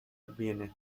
vienna